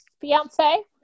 fiance